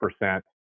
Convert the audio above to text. percent